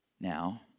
Now